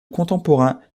contemporains